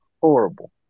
Horrible